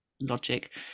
logic